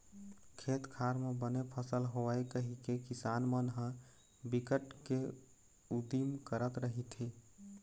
खेत खार म बने फसल होवय कहिके किसान मन ह बिकट के उदिम करत रहिथे